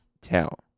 tell